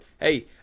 Hey